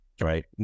right